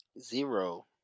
zero